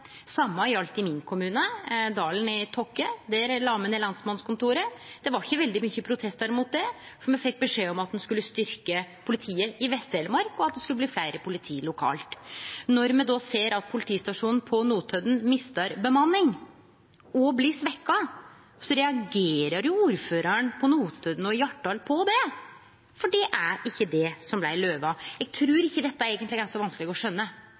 min heimstad, Dalen i Tokke kommune. Der la ein ned lensmannskontoret. Det var ikkje veldig mange protestar mot det, for me fekk beskjed om at ein skulle styrkje politiet i Vest-Telemark, og at det skulle bli fleire politi lokalt. Når me då ser at politistasjonen på Notodden mistar bemanning og blir svekt, reagerer jo ordførarane i Notodden og Hjartdal på det, for det er ikkje det som blei lova. Eg trur ikkje dette eigentleg er så vanskeleg å